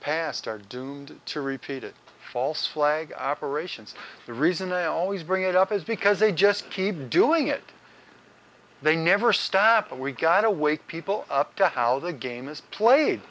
past are doomed to repeat it false flag operations the reason i always bring it up is because they just keep doing it they never staff and we got to wake people up to how the game is played